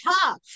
tough